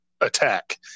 attack